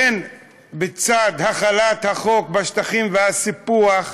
הן בצד החלת החוק בשטחים והסיפוח,